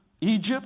Egypt